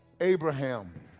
Abraham